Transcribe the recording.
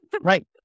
Right